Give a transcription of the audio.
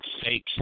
fake